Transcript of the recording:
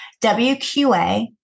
WQA